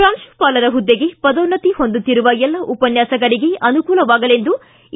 ಪ್ರಾಂಕುಪಾಲರ ಹುದ್ದೆಗೆ ಪದೋನ್ನತಿ ಹೊಂದುತ್ತಿರುವ ಎಲ್ಲ ಉಪನ್ನಾಸಕರಿಗೆ ಅನುಕೂಲವಾಗಲೆಂದು ಎ